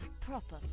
proper